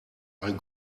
ein